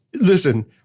listen